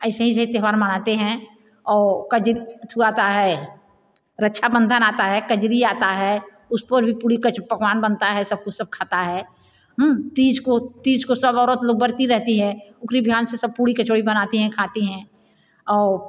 ऐसे ऐसे त्योहार मनाते हैं आउ छूआता है रक्षाबंधन आता है कजरी आता है उस पर भी पूड़ी पकवान बनता हैं सब को सब खाता है तीज को तीज को सब औरत लोग बर्ती रहती है उकरे बिहान से सब पूड़ी कचौड़ी बनाते हैं खाते हैं आउ